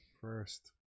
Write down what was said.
First